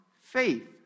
faith